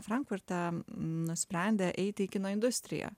frankfurte nusprendė eiti į kino industriją